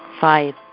Five